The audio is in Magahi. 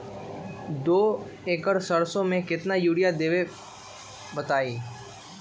दो एकड़ सरसो म केतना यूरिया देब बताई?